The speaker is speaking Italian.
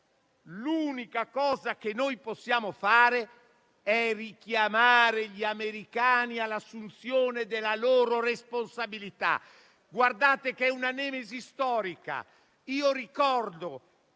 l'unica cosa che noi possiamo fare è richiamare gli americani all'assunzione della loro responsabilità. Guardate che è una nemesi storica: ricordo